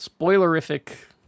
spoilerific